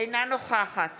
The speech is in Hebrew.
אינה נוכחת